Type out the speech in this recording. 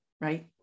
right